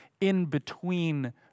in-between